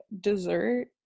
dessert